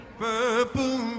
purple